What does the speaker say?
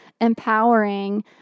empowering